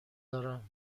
دارم